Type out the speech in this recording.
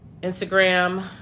Instagram